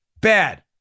Bad